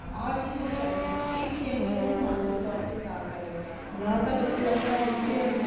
ਆਹ ਚੀਜ਼ਾਂ ਚਾਹੀਦੀਆਂ ਇਹ ਕੀ ਆ ਕਿ ਉਹਨੂੰ ਮਾਨਸਿਕ ਤੌਰ 'ਤੇ ਖਰਾਬ ਕਰ ਰਿਹਾ ਨਾ ਤਾਂ ਬੱਚੇ ਦਾ ਪੜ੍ਹਾਈ 'ਚ ਧਿਆਨ ਆ